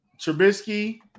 Trubisky